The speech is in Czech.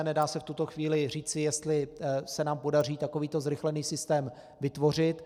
Nedá se v tuto chvíli říci, jestli se nám podaří takovýto zrychlený systém vytvořit.